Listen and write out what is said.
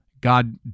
God